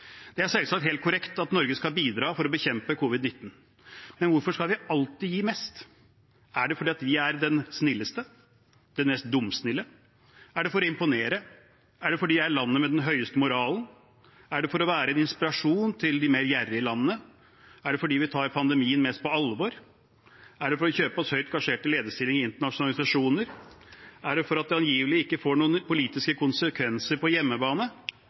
Det er selvsagt helt korrekt at Norge skal bidra for å bekjempe covid-19, men hvorfor skal vi alltid gi mest? Er det fordi vi er de snilleste? De mest dumsnille? Er det for å imponere? Er det fordi vi er det landet med den høyeste moralen? Er det for å være en inspirasjon til de mer gjerrige landene? Er det fordi vi tar pandemien mest på alvor? Er det for å kjøpe oss høyt gasjerte lederstillinger i internasjonale organisasjoner? Er det for at det angivelig ikke får noen politiske konsekvenser på hjemmebane?